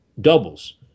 doubles